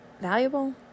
valuable